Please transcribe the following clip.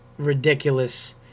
ridiculous